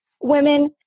women